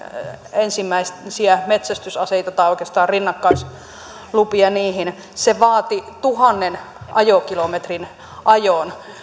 ensimmäisiä metsästysaseita tai oikeastaan rinnakkaislupia niihin se vaati tuhannen ajokilometrin ajon